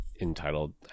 entitled